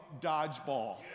dodgeball